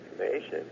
information